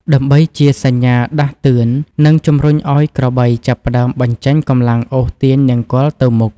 ដើម្បីជាសញ្ញាដាស់តឿន និងជំរុញឱ្យក្របីចាប់ផ្តើមបញ្ចេញកម្លាំងអូសទាញនង្គ័លទៅមុខ។